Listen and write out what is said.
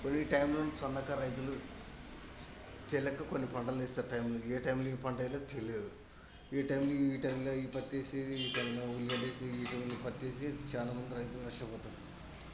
కొన్ని టైంలో సన్నకారు రైతులు తేలియక కొన్ని పంటలు వేస్తారు టైంఏ టైంలో ఏ పంట వేయాలో తెలియదు ఈ టైంలో ఈ టైంల ఈ పత్తి వేసేది ఈ టైంలో ఉల్లిగడ్డ వేసేది ఈ టైంలో పత్తేసేది చాలామంది రైతులు నష్టపోతారు